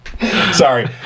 Sorry